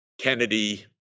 Kennedy